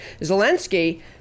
Zelensky